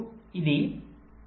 2 ఇది 5